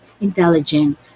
intelligent